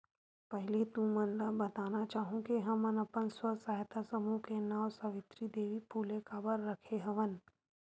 पहिली तुमन ल बताना चाहूँ के हमन अपन स्व सहायता समूह के नांव सावित्री देवी फूले काबर रखे हवन